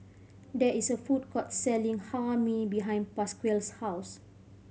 there is a food court selling Hae Mee behind Pasquale's house